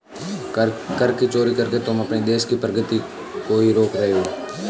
कर की चोरी करके तुम अपने देश की प्रगती को ही रोक रहे हो